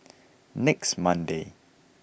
next Monday